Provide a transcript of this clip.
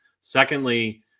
Secondly